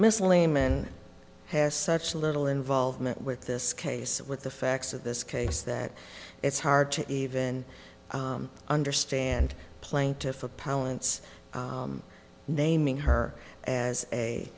missile amun has such little involvement with this case with the facts of this case that it's hard to even understand plaintiff opponents naming her as a